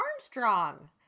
Armstrong